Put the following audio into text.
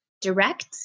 direct